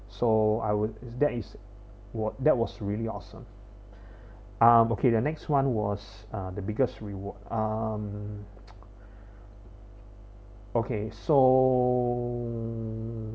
so I would that is what that was really awesome uh the next one was uh the biggest reward um okay so